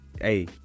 hey